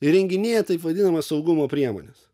įrenginėja taip vadinamas saugumo priemones